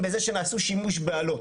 בזה שנעשה שימוש באלות.